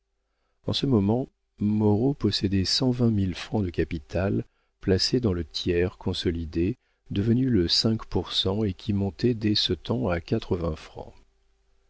en ce moment moreau possédait cent vingt mille francs de capital placés dans le tiers consolidé devenu le cinq pour cent et qui montait dès ce temps à quatre-vingts francs